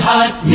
Hot